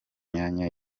imyanya